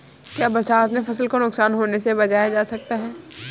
क्या बरसात में फसल को नुकसान होने से बचाया जा सकता है?